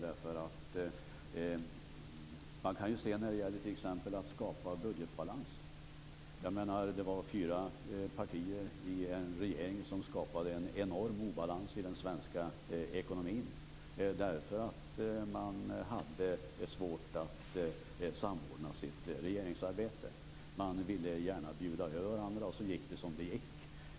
Det kan man se när det t.ex. gäller att skapa budgetbalans. Det var fyra partier i den regering som skapade en enorm obalans i den svenska ekonomin därför att man hade svårt att samordna sitt regeringsarbete. Partierna ville gärna bjuda över varandra, och sedan gick det som det gick.